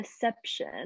perception